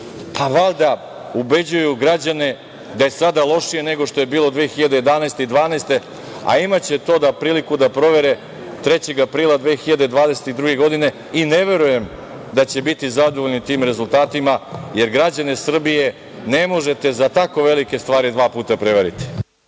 SNS.Valjda ubeđuju građane da je sada lošije nego što je bilo 2011. i 2012. godine, a imaće to priliku da provere 3. aprila 2022. godine, i ne verujem da će biti zadovoljni tim rezultatima, jer građane Srbije ne možete za tako velike stvari dva puta prevariti.